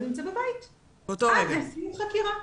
הוא נמצא בבית עד לסיום חקירה.